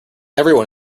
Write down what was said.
everyone